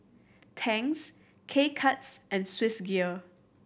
Tangs K Cuts and Swissgear